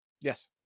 Yes